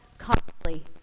costly